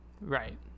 Right